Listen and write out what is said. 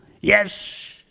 yes